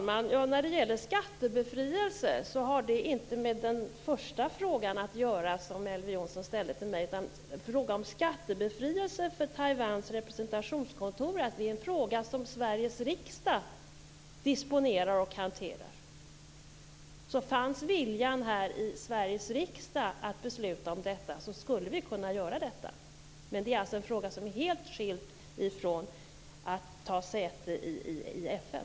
Herr talman! Skattebefrielse har inte något att göra med den första fråga som Elver Jonsson ställde till mig. Skattebefrielse för Taiwans representationskontor är en fråga som hanteras av Sveriges riksdag. Fanns viljan här i Sveriges riksdag att besluta om detta, skulle vi kunna göra det. Den frågan är helt skild från spörsmålet om att ta säte i FN.